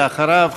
ואחריו,